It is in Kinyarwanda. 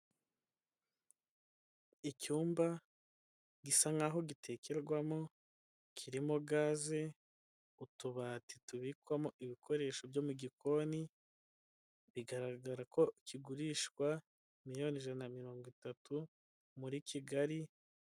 Icyumba gisa nk'aho gitekerwamo kirimo gaze, utubati tubikwamo ibikoresho byo mu gikoni, bigaragara ko kigurishwa miliyoni ijana na mirongo itatu muri Kigali.